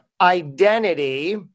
Identity